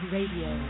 Radio